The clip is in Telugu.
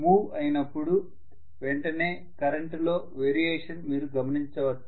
మూవ్ అయినప్పుడు వెంటనే కరెంటులో వేరియేషన్ మీరు గమనించొచ్చు